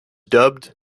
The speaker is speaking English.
dubbed